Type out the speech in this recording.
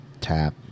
tap